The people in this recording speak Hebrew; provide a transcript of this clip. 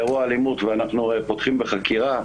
אירוע אלימות ואנחנו מיד פותחים בחקירה.